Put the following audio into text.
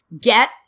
get